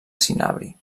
cinabri